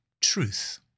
truth